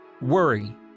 Worry